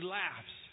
laughs